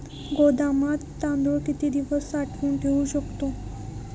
गोदामात तांदूळ किती दिवस साठवून ठेवू शकतो?